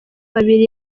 babiri